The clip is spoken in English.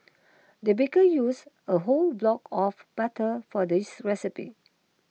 the baker used a whole block of butter for this recipe